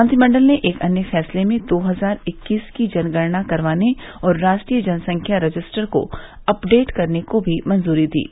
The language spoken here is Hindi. मंत्रिमंडल ने एक अन्य फैसले में दो हजार इक्कीस की जनगणना करवाने और राष्ट्रीय जनसंख्या रजिस्टर को अपडेट करने को भी मंजूरी दी गई